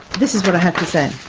this is what i have to say